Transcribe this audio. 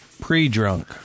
pre-drunk